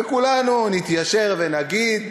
וכולנו נתיישר ונגיד: